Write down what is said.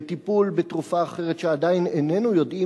בטיפול בתרופה אחרת שעדיין איננו יודעים